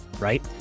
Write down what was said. Right